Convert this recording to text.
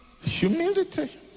Humility